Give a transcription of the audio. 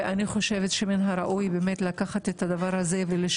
אני חושבת שמן הראוי לשקול אותו,